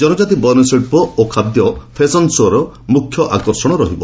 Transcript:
ଜନଜାତି ବୟନ ଶିଳ୍ପ ଓ ଖାଦ୍ୟ ଫେସନ୍ ଶୋ'ରେ ମୁଖ୍ୟ ଆକର୍ଷଣ ରହିବ